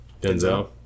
Denzel